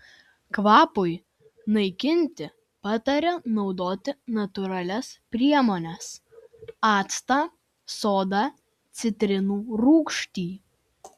kvapui naikinti patarė naudoti natūralias priemones actą sodą citrinų rūgštį